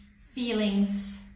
feelings